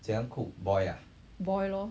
boil lor